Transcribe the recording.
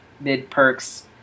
mid-perks